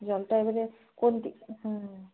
জলটা এবারে কোন হুম